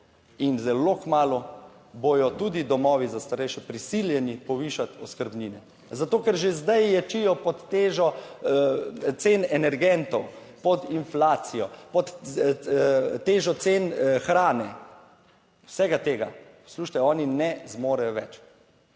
in zelo kmalu bodo tudi domovi za starejše prisiljeni povišati oskrbnine, zato ker že zdaj ječijo pod težo cen energentov pod inflacijo, pod težo cen hrane, vsega tega. Poslušajte, oni ne zmorejo več.